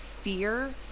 fear